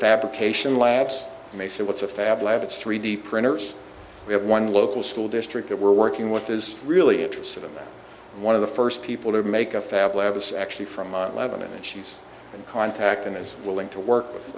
fabrication labs and they said what's a fab labs it's three d printers we have one local school district that we're working with is really interested in that one of the first people to make a fab labs actually from mount lebanon and she's in contact and is willing to work with